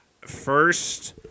first